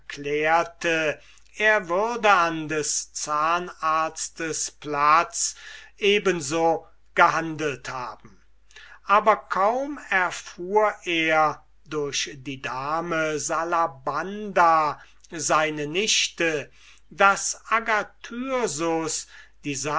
erklärte er würde an des zahnarztes platz eben so gehandelt haben aber kaum erfuhr er durch die dame salabanda seine nichte daß agathyrsus